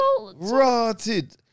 Rotted